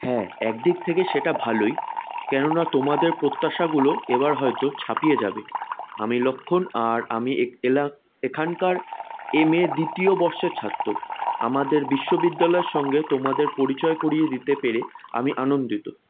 হ্যাঁ একদিক থেকে সেটা ভালোই কেননা তোমাদের প্রত্যাশাগুলো এবার হয়তো ছাপিয়ে যাবে আমি লক্ষ্মণ আর আমি এ এলা এখানকার এম এ দ্বিতীয় বর্ষের ছাত্র আমাদের বিশ্ববিদ্যালয়ের সঙ্গে তোমাদের পরিচয় করিয়ে দিতে পেরে আমি আনন্দিত